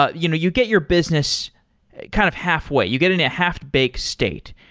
ah you know you get your business kind of halfway. you get in a half-baked state.